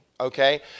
okay